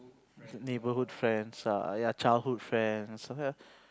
neighbourhood friends ah ya childhood friends